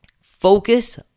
focus